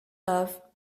love